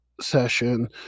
session